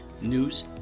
news